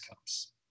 comes